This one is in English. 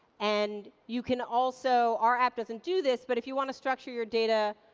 and you can also, our app doesn't do this, but if you want to structure your data